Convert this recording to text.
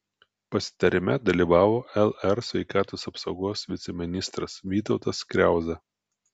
pasitarime dalyvavo lr sveikatos apsaugos viceministras vytautas kriauza